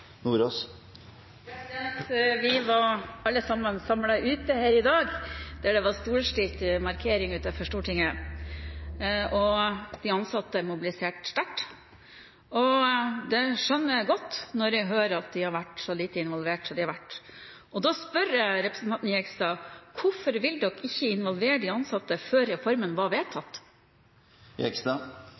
Vi var alle sammen samlet utenfor Stortinget her i dag, hvor det var en storstilt markering. De jernbaneansatte mobiliserte sterkt, og det skjønner jeg godt når jeg hører at de har vært så lite involvert som de har vært. Da spør jeg representanten Jegstad: Hvorfor ville man ikke involvere de ansatte før reformen var